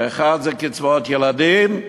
האחד זה קצבאות ילדים,